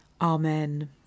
Amen